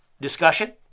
discussion